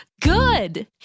Good